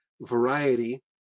variety